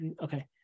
Okay